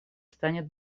станет